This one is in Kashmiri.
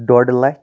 ڈۄڈ لَچھ